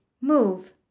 move